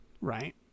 Right